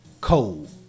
cold